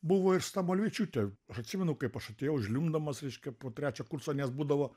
buvo ir su tamulevičiūte aš atsimenu kaip aš atėjau žliumbdamas reiškia po trečio kurso nes būdavo